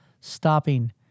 stopping